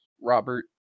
robert